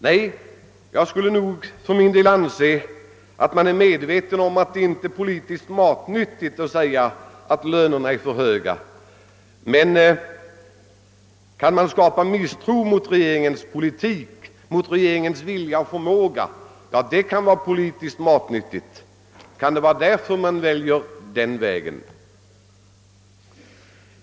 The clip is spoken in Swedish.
För min del anser jag att oppositionen är medveten om att det inte är politiskt matnyttigt att säga att lönerna är för höga, men det kan däremot vara politiskt matnyttigt att skapa misstro mot regeringens politik och dess vilja och förmåga. Kan det möjligen vara därför oppositionen väljer denna väg?